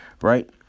right